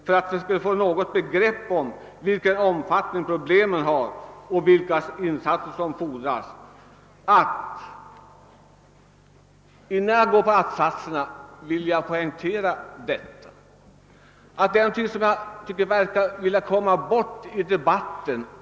För att vi skall få något begrepp om vilken omfattning problemen har och vilka insatser som fordras vill jag nämna några exempel.